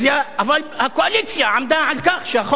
אבל הקואליציה עמדה על כך שהחוק יעבור?